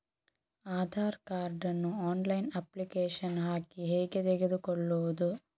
Aadhaar card ನ್ನು online application ಹಾಕಿ ಹೇಗೆ ತೆಗೆದುಕೊಳ್ಳುವುದು?